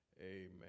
Amen